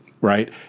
right